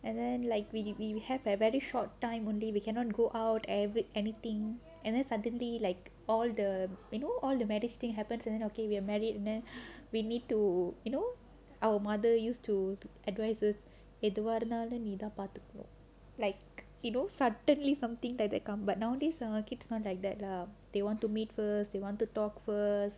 and then like we we have a very short time only we cannot go out every anything and then suddenly like all the you know all the marriage thing happens and then okay we're married then we need to you know our mother used to advise us எதுவா இருந்தாலும் நீ தான் பாத்துக்கனும்:ethuvaa irunthaalum nee thaan paathukkanum like you know suddenly something like that come ba~ but nowadays kids ah they want to meet first they want to talk first